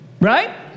Right